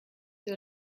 sur